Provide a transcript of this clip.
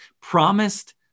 promised